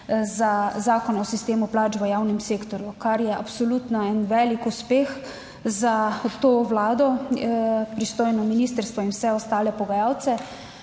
Zakona o sistemu plač v javnem sektorju, kar je absolutno en velik uspeh za to vlado, pristojno ministrstvo in vse ostale pogajalce,